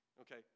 Okay